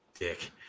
dick